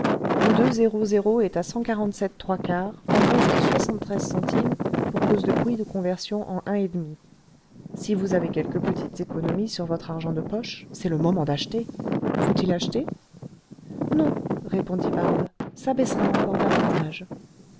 le est à en baisse de centimes pour cause de bruits de conversion en si vous avez quelques petites économies sur votre argent de poche c'est le moment d'acheter faut-il acheter non répondit barbe ça baissera encore davantage